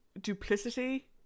duplicity